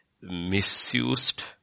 misused